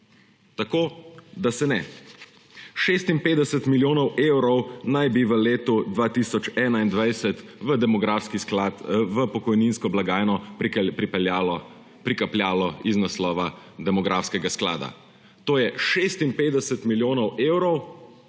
Tako, da se ne. 56 milijonov evrov naj bi v letu 2021 v pokojninsko blagajno prikapljalo iz naslova demografskega sklada. To je 56 milijonov evrov